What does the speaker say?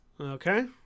Okay